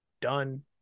done